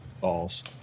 Balls